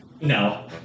No